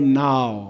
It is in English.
now